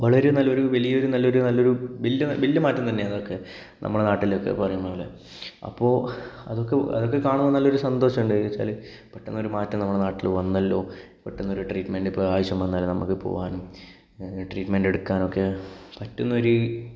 വളരെ നല്ലൊരു വലിയൊരു നല്ലൊരു നല്ലൊരു വലിയ വലിയ മാറ്റം തന്നെയാണ് അതൊക്കെ നമ്മുടെ നാട്ടിലൊക്കെ പറയും പോലെ അപ്പോൾ എനിക്ക് എനിക്ക് കാണാൻ നല്ല ഒരു സന്തോഷം ഉണ്ട് കാരണം വെച്ചാല് പെട്ടെന്നൊരു മാറ്റം നമ്മളുടെ നാട്ടില് വന്നല്ലോ പെട്ടെന്നൊരു ട്രീറ്റ്മെൻറ് ഇപ്പോൾ ആവശ്യം വന്നാല് നമുക്കിപ്പോൾ പോകാനും ട്രീറ്റ്മെൻറ് എടുക്കാനുമൊക്കെ പറ്റുന്ന ഒരു